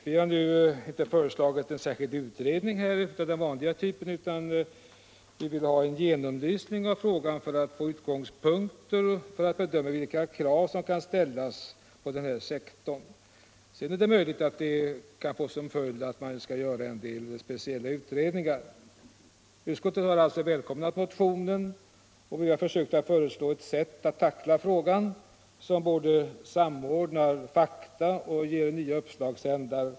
Vi har nu inte föreslagit en utredning av den vanliga typen, utan vi vill ha en genomlysning av frågan för att få utgångspunkter för att bedöma vilka krav som kan ställas i sammanhanget. Sedan är det möjligt att detta kan få som följd en del speciella utredningar. Utskottet har alltså välkomnat motionen, och vi har försökt föreslå ett sätt att tackla frågan som både samordnar fakta och ger nya uppslagsändar.